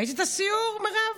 ראית את הסיור, מירב?